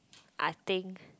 I think